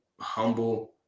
humble